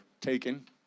taken